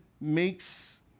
makes